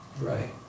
Right